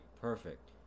perfect